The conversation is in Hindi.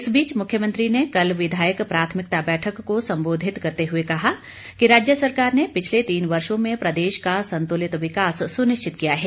इस बीच मुख्यमंत्री ने कल विधायक प्राथमिकता बैठक को संबोधित करते हुए कहा कि राज्य सरकार ने पिछले तीन वर्षो में प्रदेश का संतुलित विकास सुनिश्चित किया है